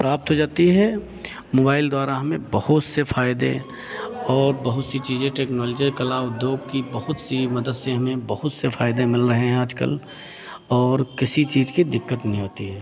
प्राप्त हो जाती है मोबाइल द्वारा हमें बहुत से फ़ायदे और बहुत सी चीज़ें टेक्नोलॉजी कला उद्योग की बहुत सी मदद से हमें बहुत से फ़ायदे मिल रहे हैं आज कल और किसी चीज़ की दिक्कत नहीं होती है